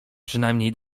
przynajmniej